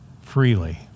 freely